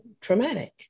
traumatic